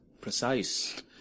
Precise